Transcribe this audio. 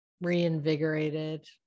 reinvigorated